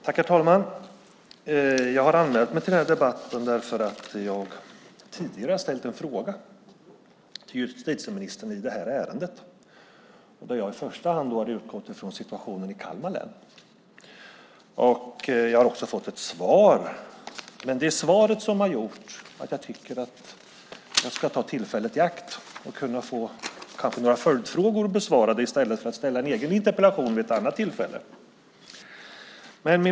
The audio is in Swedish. Herr talman! Jag har anmält mig till debatten eftersom jag tidigare har ställt en fråga till justitieministern i det här ärendet. Jag utgick då i första hand från situationen i Kalmar län. Jag har också fått ett svar, och det är detta svar som gör att jag nu vill ta tillfället i akt att få några följdfrågor besvarade i stället för att ställa en egen interpellation vid ett annat tillfälle.